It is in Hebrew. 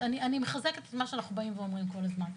אני מחזקת את מה שאנחנו באים ואומרים כל הזמן.